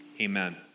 Amen